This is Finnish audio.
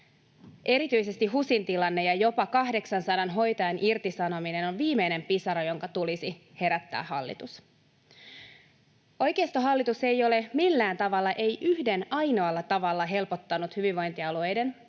Erityisesti HUSin tilanne ja jopa 800 hoitajan irtisanominen on viimeinen pisara, jonka tulisi herättää hallitus. Oikeistohallitus ei ole millään tavalla, ei yhden ainoalla tavalla, helpottanut hyvinvointialueiden tai